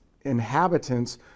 inhabitants